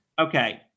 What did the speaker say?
Okay